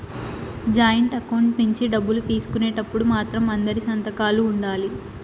joint account నుంచి డబ్బులు తీసుకునేటప్పుడు మాత్రం అందరి సంతకాలు ఉండాలి